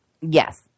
Yes